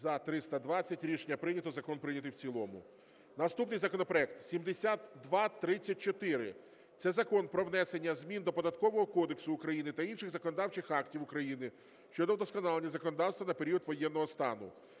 За-320 Рішення прийнято. Закон прийнятий в цілому. Наступний законопроект 7234. Це Закон про внесення змін до Податкового кодексу України та інших законодавчих актів України щодо вдосконалення законодавства на період воєнного стану.